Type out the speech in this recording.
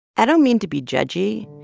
i don't mean to be judgey,